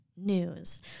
News